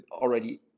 already